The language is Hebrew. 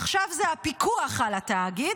עכשיו זה הפיקוח על התאגיד,